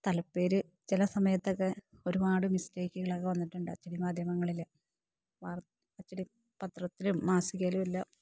സ്ഥലപ്പേര് ചില സമയത്തൊക്കെ ഒരുപാട് മിസ്റ്റേക്കുകളൊക്കെ വന്നിട്ടുണ്ട് അച്ചടി മാധ്യമങ്ങളില് അച്ചടി പത്രത്തിലും മാസികയിലുമെല്ലാം